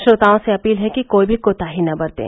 श्रोताओं से अपील है कि कोई भी कोताही न बरतें